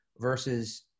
versus